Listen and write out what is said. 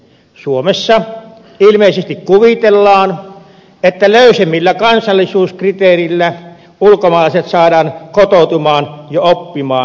suomessa ilmeisesti kuvitellaan että löysemmillä kansalaisuuskriteereillä ulkomaalaiset saadaan kotoutumaan ja oppimaan kieltä paremmin